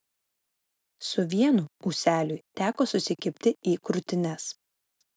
su vienu ūseliui teko susikibti į krūtines